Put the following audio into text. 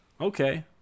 Okay